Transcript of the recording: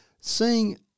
seeing